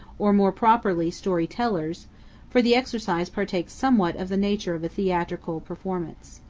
or, more properly, story-tellers for the exercise partakes somewhat of the nature of a theatrical performance.